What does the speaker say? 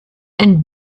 and